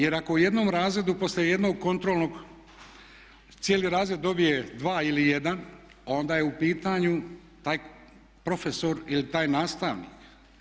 Jer ako u jednom razredu poslije jednog kontrolnog cijeli razred dobije 2 ili 1 onda je u pitanju taj profesor ili taj nastavnik.